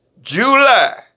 July